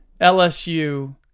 LSU